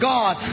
God